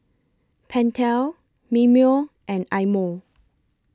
Pentel Mimeo and Eye Mo